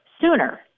sooner